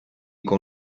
con